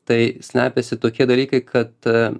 tai slepiasi tokie dalykai kad